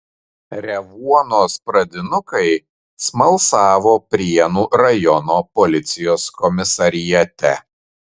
revuonos pradinukai smalsavo prienų rajono policijos komisariate